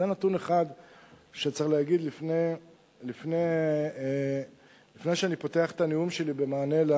זה נתון אחד שצריך להגיד לפני שאני פותח את הנאום שלי במענה,